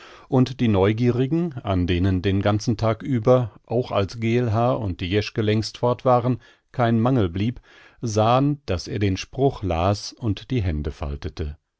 und die neugierigen an denen den ganzen tag über auch als geelhaar und die jeschke längst fort waren kein mangel blieb sahen daß er den spruch las und die hände faltete